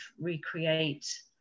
recreate